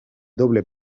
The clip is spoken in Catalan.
doble